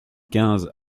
quinze